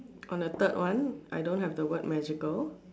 on the third one I don't have the word magical